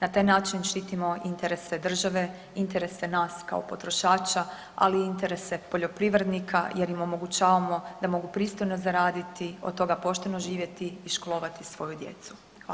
Na taj način štitimo interese države, interese nas kao potrošača, ali i interese poljoprivrednika jer im omogućavamo da mogu pristojno zaraditi, od toga pošteno živjeti i školovati svoju djecu.